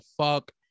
fuck